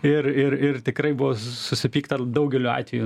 ir ir ir tikrai buvo susipykta daugeliu atvejų